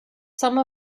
some